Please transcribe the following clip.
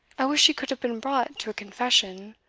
i wish she could have been brought to a confession.